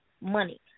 money